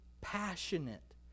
passionate